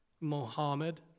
Mohammed